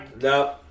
No